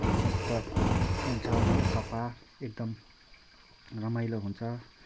स्वच्छ हुन्छ र सफा एकदम रमाइलो हुन्छ